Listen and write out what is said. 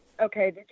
Okay